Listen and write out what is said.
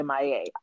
MIA